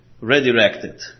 Redirected